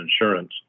insurance